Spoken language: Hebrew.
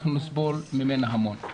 אנחנו נסבול ממנה המון.